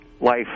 life